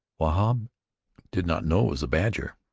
wahb did not know it was a badger,